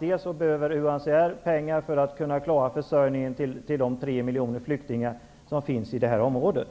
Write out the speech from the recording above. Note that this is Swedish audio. UNHCR behöver pengar för att klara försörjningen till de tre miljoner flyktingar som finns i området.